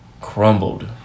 crumbled